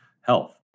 health